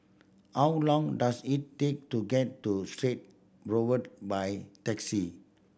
how long does it take to get to Strait Boulevard by taxi